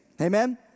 Amen